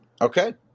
Okay